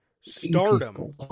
Stardom